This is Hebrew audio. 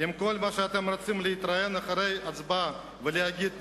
אם כל מה שאתם רוצים זה להתראיין אחרי ההצבעה ולהגיד "ניסינו"